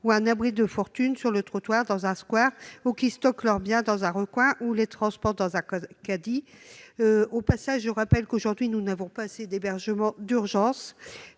par exemple sur le trottoir ou dans un square, ou qui stockent leurs biens dans un recoin ou les transportent dans un chariot. Au passage, je rappelle qu'aujourd'hui nous n'avons pas suffisamment d'hébergements d'urgence.